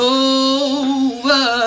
over